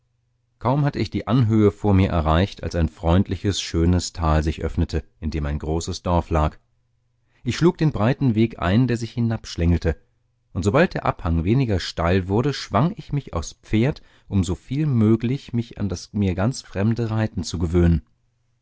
kaum hatte ich die anhöhe vor mir erreicht als ein freundliches schönes tal sich öffnete in dem ein großes dorf lag ich schlug den breiten weg ein der sich hinabschlängelte und sobald der abhang weniger steil wurde schwang ich mich aufs pferd um soviel möglich mich an das mir ganz fremde reiten zu gewöhnen